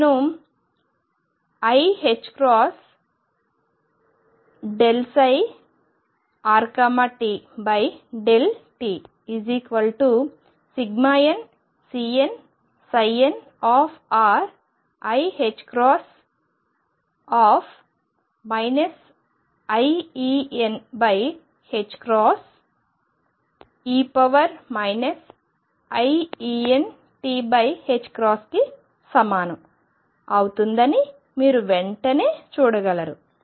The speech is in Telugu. నేను iℏ∂ψrt∂t nCnnriℏ iEne iEnt కి సమానం అవుతుందని మీరు వెంటనే చూడగలరు